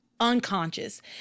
unconscious